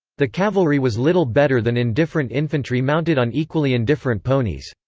the cavalry was little better than indifferent infantry mounted on equally indifferent ponies.